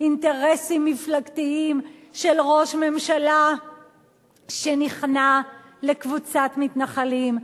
אינטרסים מפלגתיים של ראש ממשלה שנכנע לקבוצת מתנחלים,